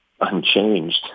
unchanged